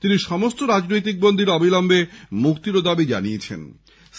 তিনি সমস্ত রাজনৈতিক বন্দীর অবিলম্বে মুক্তিরও দাবি জানিয়েছেন